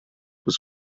was